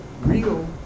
real